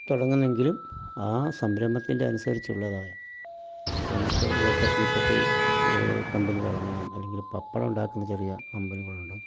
തുടങ്ങണമെങ്കിലും ആ സംരംഭത്തിൻ്റെ അനുസരിച്ചുള്ളതായ് ഇപ്പോൾ നമുക്ക് ഒരു തീപ്പെട്ടി കമ്പനി തുടങ്ങാം അല്ലെങ്കിൽ പപ്പടം ഉണ്ടാക്കുന്നൊരു ചെറിയ ഒരു കമ്പനികളുണ്ട്